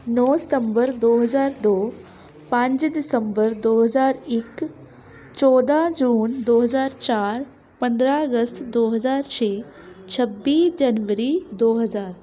ਨੌਂ ਸਤੰਬਰ ਦੋ ਹਜ਼ਾਰ ਦੋ ਪੰਜ ਦਸੰਬਰ ਦੋ ਹਜ਼ਾਰ ਇੱਕ ਚੌਦ੍ਹਾਂ ਜੂਨ ਦੋ ਹਜ਼ਾਰ ਚਾਰ ਪੰਦਰਾਂ ਅਗਸਤ ਦੋ ਹਜ਼ਾਰ ਛੇ ਛੱਬੀ ਜਨਵਰੀ ਦੋ ਹਜ਼ਾਰ